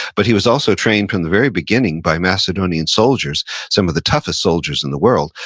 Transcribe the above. but he was also trained from the very beginning by macedonian soldiers, some of the toughest soldiers in the world,